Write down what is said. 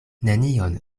nenion